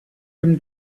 him